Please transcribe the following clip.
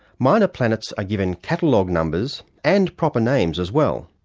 minor planets are given catalogue numbers and proper names as well,